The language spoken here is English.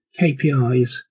kpis